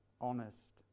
honest